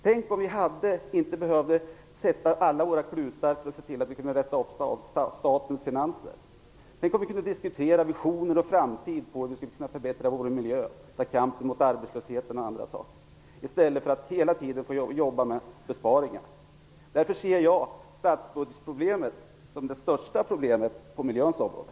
Tänk om vi inte behövde sätta in alla våra klutar för att rätta upp statens finanser! Tänk om vi kunde diskutera visioner och framtid, hur vi skulle kunna förbättra vår miljö och kampen mot arbetslöshet i stället för att hela tiden jobba med besparingar! Jag ser statsbudgetproblemet som det största problemet på miljöns område.